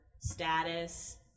status